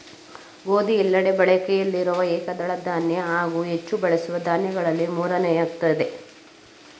ಗೋಧಿ ಎಲ್ಲೆಡೆ ಬಳಕೆಯಲ್ಲಿರುವ ಏಕದಳ ಧಾನ್ಯ ಹಾಗೂ ಹೆಚ್ಚು ಬಳಸುವ ದಾನ್ಯಗಳಲ್ಲಿ ಮೂರನೆಯದ್ದಾಗಯ್ತೆ